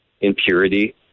impurity